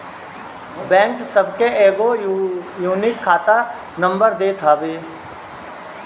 bank सबके एगो unique खाता नंबर देत हवे